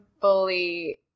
fully